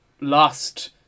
lost